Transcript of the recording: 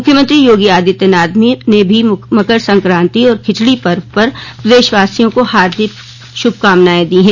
मूख्यमंत्री योगी आदित्यनाथ ने भी मकर संक्रांति और खिचड़ी पर्व पर प्रदेशवासियों को हार्दिक शुभकामनांए दी है